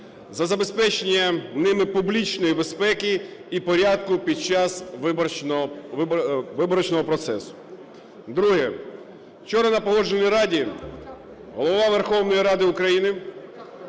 за забезпечення ними публічної безпеки і порядку під час виборного процесу. Друге. Вчора на Погоджувальній раді Голова Верховної Ради України